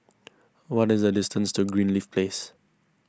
what is the distance to Greenleaf Place